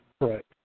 Right